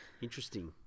Interesting